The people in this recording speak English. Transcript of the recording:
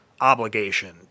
obligation